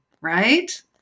right